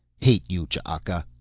hate you, ch'aka!